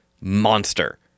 monster